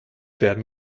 werden